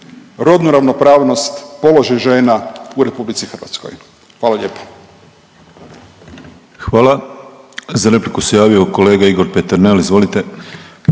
rodnu ravnopravnost položaj žena u Republici Hrvatskoj. Hvala lijepa. **Penava, Ivan (DP)** Hvala. Za repliku se javio kolega Igor Peternel, izvolite.